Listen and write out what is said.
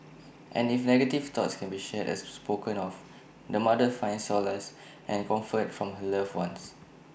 and if negative thoughts can be shared and spoken of the mother finds solace and comfort from her loved ones